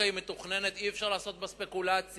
כשהקרקע מתוכננת אי-אפשר לעשות בה ספקולציה,